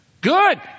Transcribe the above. Good